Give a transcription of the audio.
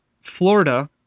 Florida